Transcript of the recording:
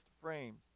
frames